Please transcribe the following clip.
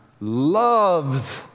loves